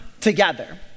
together